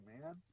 man